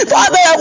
Father